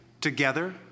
together